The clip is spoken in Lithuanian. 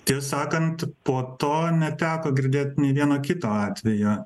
ties sakant po to neteko girdėt nė vieno kito atvejo